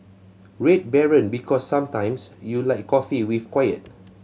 Red Baron Because sometimes you like coffee with quiet